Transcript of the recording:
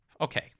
Okay